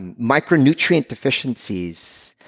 and micronutrient deficiencies,